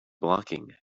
blocking